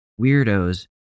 weirdos